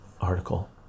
article